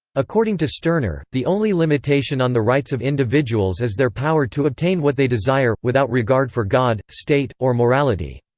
according to stirner, the only limitation on the rights of individuals is their power to obtain what they desire, without regard for god, state, or morality.